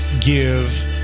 give